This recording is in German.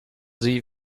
sie